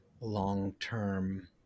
long-term